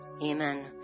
Amen